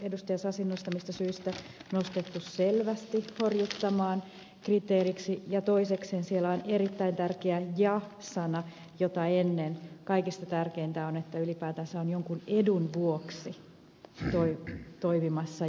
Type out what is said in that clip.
sasin esille nostamista syistä nostettu selvästi horjuttamaan kriteeriksi ja toisekseen siellä on erittäin tärkeä ja sana jota ennen kaikista tärkeintä on että ylipäätänsä on jonkun edun vuoksi toimimassa